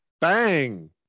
Bang